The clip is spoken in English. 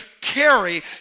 carry